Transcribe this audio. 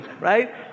right